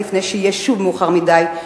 לפני שיהיה שוב מאוחר מדי,